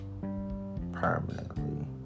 permanently